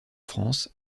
france